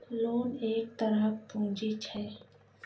loan एक तरहक पुंजी छै